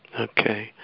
okay